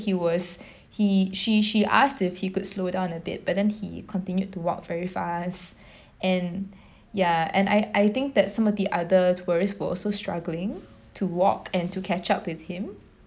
he was he she she asked if he could slow down a bit but then he continued to walk very fast and ya and I I think that some of the other tourists were also struggling to walk and to catch up with him